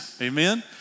Amen